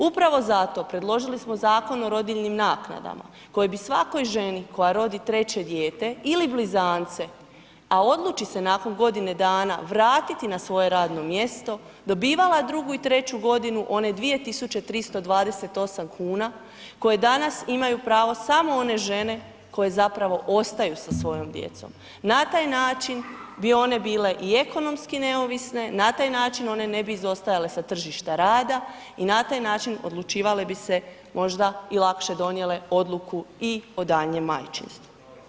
Upravo zato predložili smo Zakon o rodiljnim naknadama koji bi svakoj ženi koja rodi treće dijete ili blizance, a odluči se nakon godine dana vratiti na svoje radno mjesto, dobivala drugu i treću godinu one 2.328,00 kuna koje danas imaju pravo samo one žene koje zapravo ostaju sa svojom djecom, na taj način bi one bile i ekonomski neovisne, na taj način one ne bi izostajale sa tržišta rada, i na taj način odlučivale bi se, možda i lakše donijele odluku i o daljnjem majčinstvu.